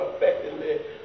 effectively